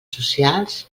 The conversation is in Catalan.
socials